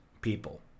people